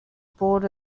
board